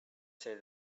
say